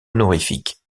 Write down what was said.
honorifique